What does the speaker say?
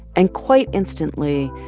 and quite instantly,